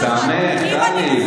לטעמך, טלי.